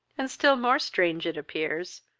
and, still more strange it appears,